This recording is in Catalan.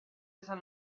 sant